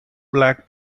black